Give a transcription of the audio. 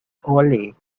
only